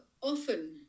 often